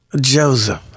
Joseph